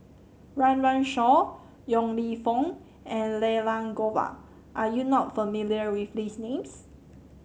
Run Run Shaw Yong Lew Foong and Elangovan are you not familiar with these names